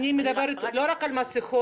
אני מדברת לא רק על המסכות,